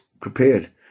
prepared